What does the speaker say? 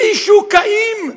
חישוקאים.